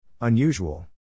Unusual